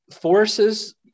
forces